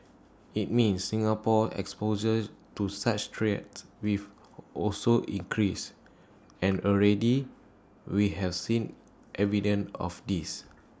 IT means Singapore's exposure to such threats wave also increase and already we have seen evidence of this